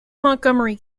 montgomery